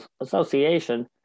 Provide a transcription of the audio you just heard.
Association